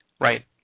Right